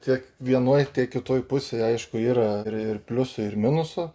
tiek vienoj tiek kitoj pusėj aišku yra ir pliusų ir minusų